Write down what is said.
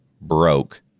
broke